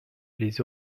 les